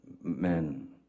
men